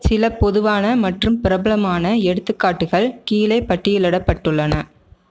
சில பொதுவான மற்றும் பிரபலமான எடுத்துக்காட்டுகள் கீழே பட்டியலிடப்பட்டுள்ளன